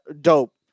dope